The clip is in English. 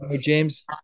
James